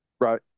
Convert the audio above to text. Right